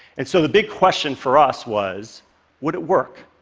and so the big question for us was would it work?